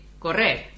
Correr